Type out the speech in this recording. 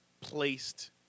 placed